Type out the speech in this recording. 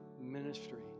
ministry